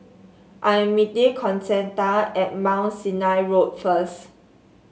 I am meeting Concetta at Mount Sinai Road first